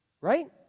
Right